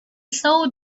saw